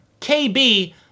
KB